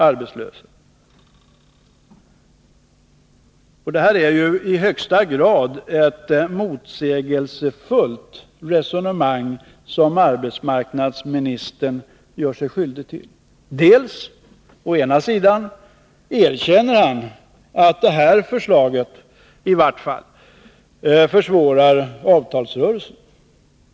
Arbetsmarknadsministern gör sig skyldig till ett i högsta grad motsägelsefullt resonemang. Å ena sidan erkänner han att regeringsförslaget försvårar avtalsrörelsen.